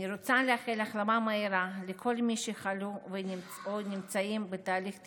אני רוצה לאחל החלמה מהירה לכל מי שחלו או נמצאים בתהליך טיפולי.